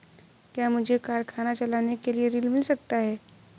क्या मुझे कारखाना चलाने के लिए ऋण मिल सकता है?